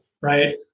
right